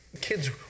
kids